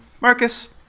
Marcus